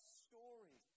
story